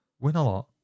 Win-a-lot